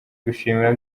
gushimira